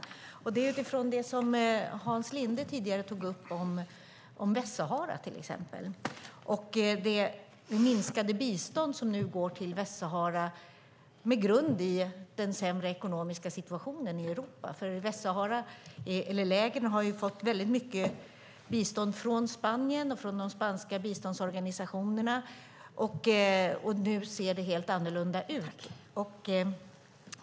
Jag gör det utifrån det som Hans Linde tidigare tog upp om Västsahara till exempel och det minskade bistånd som nu går till Västsahara med grund i den sämre ekonomiska situationen i Europa. Lägren har ju fått väldigt mycket bistånd från Spanien och från de spanska biståndsorganisationerna, men nu ser det helt annorlunda ut.